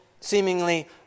seemingly